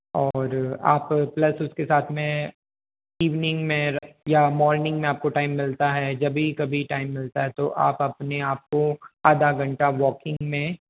और आप प्लस उसके साथ में इवनिंग में या मॉर्निंग में आपको टाइम मिलता है जब भी कभी टाइम मिलता है तो आप अपने आप को आधा घंटा वॉकिंग में